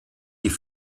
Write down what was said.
die